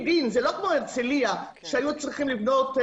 זה לא כמו הרצליה שהיה צריך לבנות,